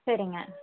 சரிங்க